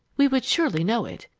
we would surely know it.